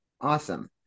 Awesome